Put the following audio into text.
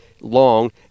long